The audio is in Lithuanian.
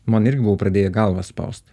man irgi buvo pradėję galvą spaust